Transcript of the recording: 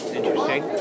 Interesting